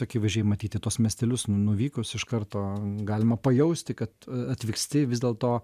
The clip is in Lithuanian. akivaizdžiai matyti tuos miestelius nuvykus iš karto galima pajausti kad atvyksti vis dėlto